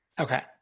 Okay